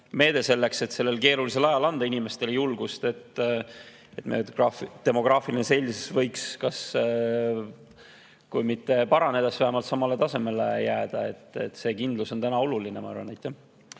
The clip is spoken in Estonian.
meede selleks, et keerulisel ajal anda inimestele julgust, et demograafiline seis võiks kui mitte paraneda, siis vähemalt samale tasemele jääda. See kindlus on täna oluline, ma arvan. Aitäh!